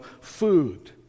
food